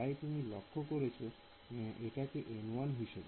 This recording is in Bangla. তাই তুমি লক্ষ করছো এটাকে N1 হিসেবে